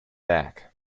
back